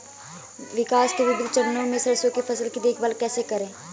विकास के विभिन्न चरणों में सरसों की फसल की देखभाल कैसे करें?